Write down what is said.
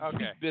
Okay